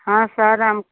हाँ सर हम